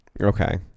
Okay